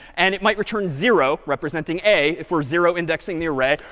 and it might return zero, representing a, if we're zero indexing the array.